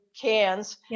cans